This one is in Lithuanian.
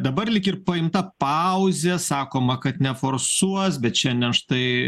dabar lyg ir paimta pauzė sakoma kad neforsuos bet šiandien štai